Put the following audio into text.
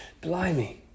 Blimey